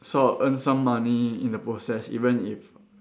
so I'll earn some money in the process even if